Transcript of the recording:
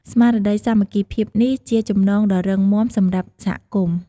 ស្មារតីសាមគ្គីភាពនេះជាចំណងដ៏រឹងមាំសម្រាប់សហគមន៍។